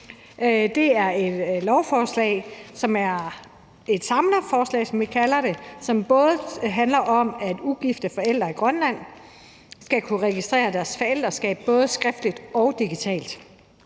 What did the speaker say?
kalder det, og som bl.a. handler om, at ugifte forældre i Grønland skal kunne registrere deres forældreskab både skriftligt og digitalt.